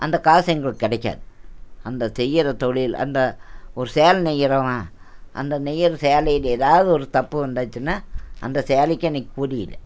அந்த காசு எங்களுக்கு கிடைக்காது அந்த செய்கிற தொழில் அந்த ஒரு சேலை நெய்கிறவன் அந்த நெய்யிற சேலையில் ஏதாவது ஒரு தப்பு வந்துருச்சுன்னா அந்த சேலைக்கு அன்றைக்கு கூலி இல்லை